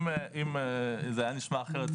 אם זה נשמע אחרת,